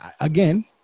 again